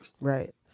right